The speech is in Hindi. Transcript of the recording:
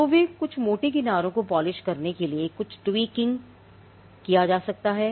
तो वे कुछ मोटे किनारों को पोलिश किया जा सकता है